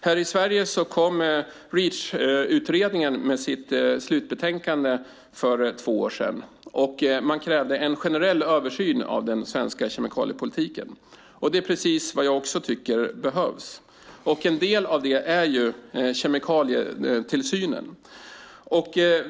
Här i Sverige kom Reachutredningen med sitt slutbetänkande för två år sedan, och man krävde en generell översyn av den svenska kemikaliepolitiken. Det är precis vad jag också tycker behövs. En del av det är kemikalietillsynen.